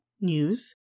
news